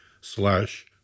slash